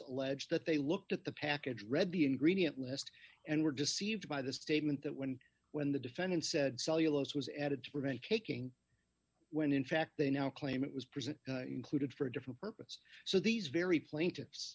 allege that they looked at the package read the ingredients list and were deceived by this statement that when when the defendant said cellulose was added to prevent taking when in fact they now claim it was present included for a different purpose so these very plaintiffs